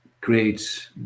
creates